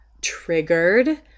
triggered